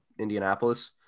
indianapolis